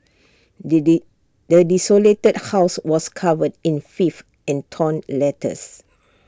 the desolated house was covered in filth and torn letters